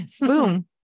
Boom